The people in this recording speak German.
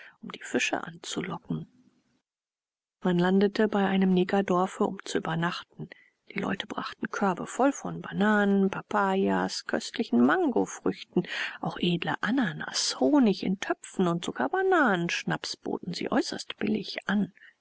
um die fische anzulocken man landete bei einem negerdorfe um zu übernachten die leute brachten körbe voll von bananen papayas köstlichen mangofrüchten auch edle ananas honig in töpfen und sogar bananenschnaps boten sie äußerst billig an